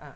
ah